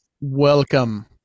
Welcome